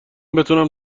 بتونم